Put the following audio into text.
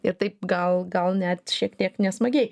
ir taip gal gal net šiek tiek nesmagiai